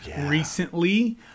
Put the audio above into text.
recently